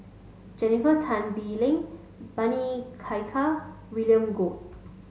Jennifer Tan Bee Leng Bani Kaykal William Goode